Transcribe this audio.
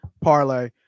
parlay